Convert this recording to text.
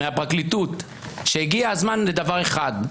מהפרקליטות שהגיע הזמן לדבר אחד,